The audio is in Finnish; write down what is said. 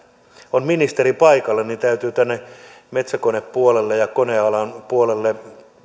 on ministeri paikalla niin täytyy metsäkonepuolelle ja konealan puolelle